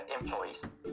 employees